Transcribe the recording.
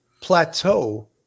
plateau